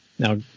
Now